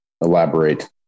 Elaborate